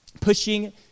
pushing